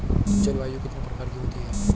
जलवायु कितने प्रकार की होती हैं?